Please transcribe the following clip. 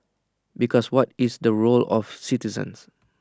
because what is the role of citizens